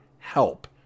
Help